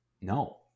No